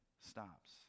stops